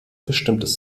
bestimmtes